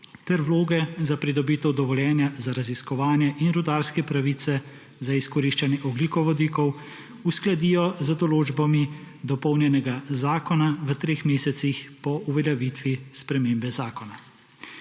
ter vloge za pridobitev dovoljenja za raziskovanje in rudarske pravice za izkoriščanje ogljikovodikov uskladijo z določbami dopolnjenega zakona v treh mesecih po uveljavitvi spremembe zakona.